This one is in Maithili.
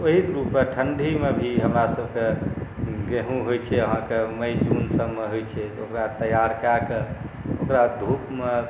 ओहि रूपेँ ठण्डीमे भी हमरा सबके गेहूँ होइ छै अहाँके मइ जून सबमे होइ छै ओकरा तैयार कऽ कए ओकरा धूपमे